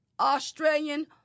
Australian